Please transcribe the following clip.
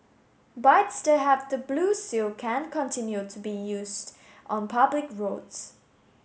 bikes that have the blue seal can continue to be used on public roads